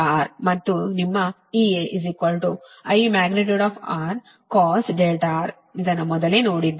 ಇದು CD AB IX sin R ಮತ್ತು ನಿಮ್ಮ EA |I| R cos R ಇದನ್ನು ಮೊದಲೇ ನೋಡಿದ್ದೇವೆ